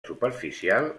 superficial